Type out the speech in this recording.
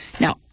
Now